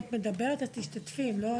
אם את מדברת, אז תשתתפי.